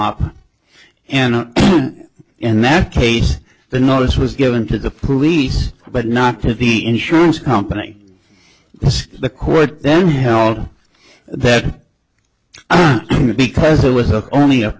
up and in that case the notice was given to the police but not to be insurance company the court then held that because it was a only a